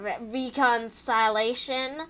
reconciliation